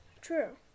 True